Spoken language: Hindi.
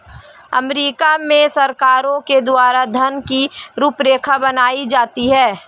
अमरीका में सरकारों के द्वारा ऋण की रूपरेखा बनाई जाती है